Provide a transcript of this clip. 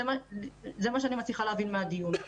זה מה שאני מצליחה להבין מהדיון פה.